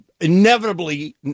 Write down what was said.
Inevitably